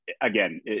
again